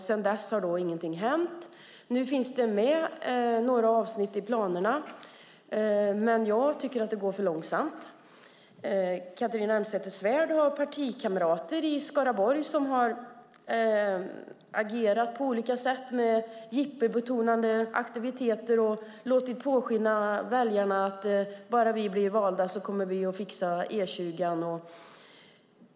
Sedan dess har ingenting hänt. Nu finns några avsnitt med i planerna, men jag tycker att det går för långsamt. Catharina Elmsäter-Svärd har partikamrater i Skaraborg som har agerat på olika sätt med jippobetonade aktiviteter och låtit påskina att bara de blir valda kommer de att fixa E20.